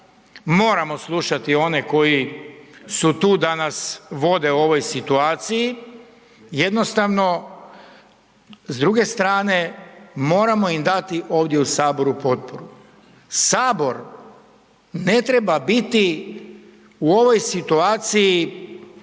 moramo slušati one koji su tu da nas vode u ovoj situaciji, jednostavno, s druge strane, moramo im dati ovdje u Saboru potporu. Sabor ne treba biti u ovoj situaciji